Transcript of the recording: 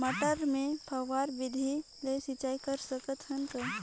मटर मे फव्वारा विधि ले सिंचाई कर सकत हन का?